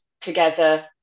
together